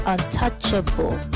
Untouchable